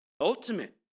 Ultimate